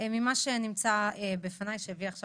ממה שנמצא בפניי שהביא עכשיו